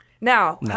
Now